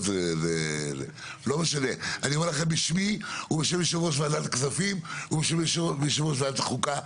אני אומר לכם בשמי ובשם יושב-ראש ועדת כספים ובשם יושב-ראש ועדת החוקה,